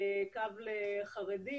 קו לחרדים.